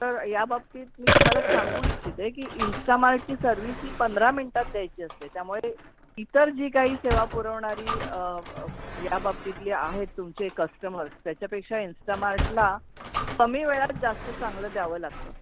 तर या बाबतीत मी तुम्हाला सांगू इच्छिते की इन्स्टामार्टची सर्विस ही पंधरा मिंटात द्यायची असते त्यामुळे इतर जी काही सेवा पुरवणारी या बाबतीतले आहेत तुमचे कस्टमर त्याच्यापेक्षा इंस्टामार्टला कमी वेळात जास्त चांगलं द्यावं लागतं